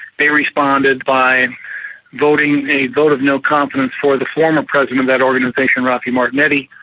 they responded by voting a vote of no confidence for the former president of that organisation, raphael martinetti.